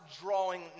drawing